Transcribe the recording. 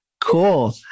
Cool